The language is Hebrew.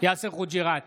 יאסר חוג'יראת